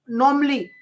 normally